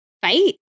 fight